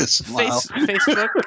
Facebook